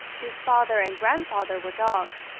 whose father and grandfather were dogs,